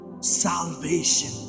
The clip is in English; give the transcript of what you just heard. salvation